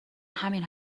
همین